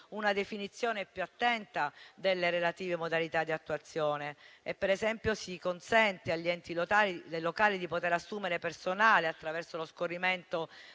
una definizione più attenta delle relative modalità di attuazione. Ad esempio, si consente agli enti locali di poter assumere personale attraverso lo scorrimento